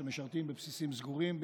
שמשרתים בבסיסים סגורים,